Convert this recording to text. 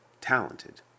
talented